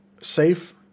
safe